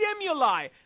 stimuli